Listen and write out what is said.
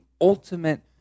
ultimate